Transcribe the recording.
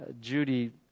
Judy